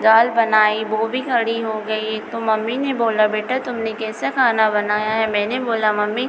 दाल बनाई वह भी गढ़ी हो गई तो मम्मी ने बोला बेटा तुमने कैसा खाना बनाया है मैंने बोला मम्मी